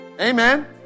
Amen